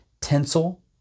tinsel